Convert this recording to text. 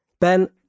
Ben